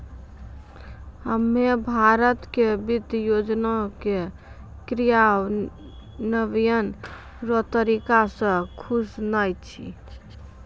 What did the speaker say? हम्मे भारत के वित्त योजना के क्रियान्वयन रो तरीका से खुश नै छी